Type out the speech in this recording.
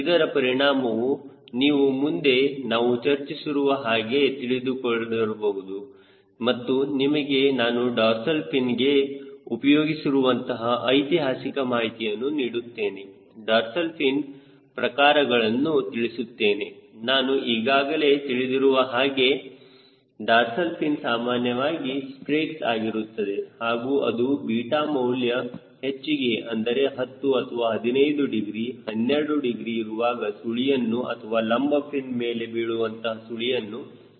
ಇದರ ಪರಿಣಾಮವನ್ನು ನೀವು ಮುಂದೆ ನಾವು ಚರ್ಚಿಸುವ ಹಾಗೆ ತಿಳಿದುಕೊಳ್ಳಬಹುದು ಮತ್ತು ನಿಮಗೆ ನಾನು ಡಾರ್ಸಲ್ ಫಿನ್ಗೆ ಉಪಯೋಗಿಸಿರುವಂತಹ ಐತಿಹಾಸಿಕ ಮಾಹಿತಿಯನ್ನು ನೀಡುತ್ತೇನೆ ಡಾರ್ಸಲ್ ಫಿನ್ ಪ್ರಕಾರಗಳನ್ನು ತಿಳಿಸುತ್ತೇನೆ ನಾನು ಈಗಾಗಲೇ ತಿಳಿದಿರುವ ಹಾಗೆ ಡಾರ್ಸಲ್ ಫಿನ್ ಸಾಮಾನ್ಯವಾಗಿ ಸ್ಟ್ರೇಕ್ಸ್ ಆಗಿರುತ್ತದೆ ಹಾಗೂ ಅದು ಬೀಟಾ ಮೌಲ್ಯವು ಹೆಚ್ಚಿಗೆ ಅಂದರೆ 10 ಅಥವಾ 15 ಡಿಗ್ರಿ 12 ಡಿಗ್ರಿ ಇರುವಾಗ ಸುಳಿಯನ್ನು ಅಥವಾ ಲಂಬ ಫಿನ್ ಮೇಲೆ ಬೀಳುವಂತಹ ಸುಳಿಯನ್ನು ಸೃಷ್ಟಿಸುತ್ತದೆ